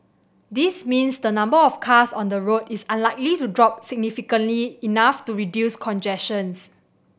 this means the number of cars on the road is unlikely to drop significantly enough to reduce congestion